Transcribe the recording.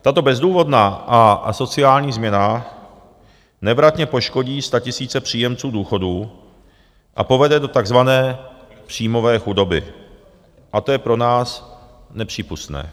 Tato bezdůvodná a asociální změna nevratně poškodí statisíce příjemců důchodu a povede do takzvané příjmové chudoby, a to je pro nás nepřípustné.